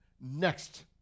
Next